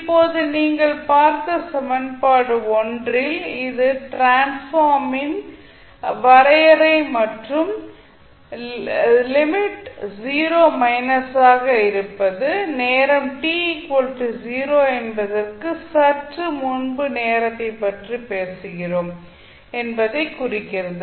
இப்போது நீங்கள் பார்த்த சமன்பாடடு ல் இது டிரான்ஸ்ஃபார்ம் ன் வரையறை மற்றும் லிமிட் 0 மைனஸாக இருப்பது நேரம் t 0 என்பதற்கு சற்று முன்பு நேரத்தைப் பற்றி பேசுகிறோம் என்பதை குறிக்கிறது